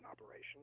operation